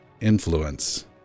influence